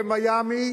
במיאמי,